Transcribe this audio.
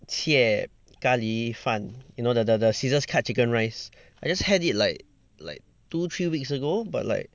切咖哩饭 you know the the the scissors cut chicken rice I just had it like like two three weeks ago but like